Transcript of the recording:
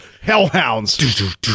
Hellhounds